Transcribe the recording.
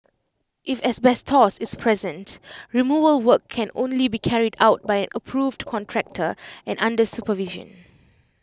if asbestos is present removal work can only be carried out by an approved contractor and under supervision